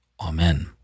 Amen